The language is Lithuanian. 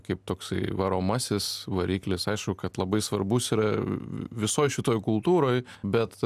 kaip toksai varomasis variklis aišku kad labai svarbus yra visoj šitoj kultūroj bet